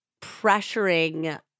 pressuring